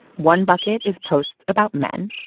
one bucket is posts about men.